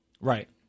Right